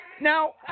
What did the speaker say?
Now